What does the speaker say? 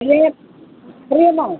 ഇത്